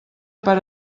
per